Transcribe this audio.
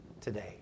today